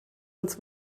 uns